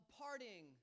parting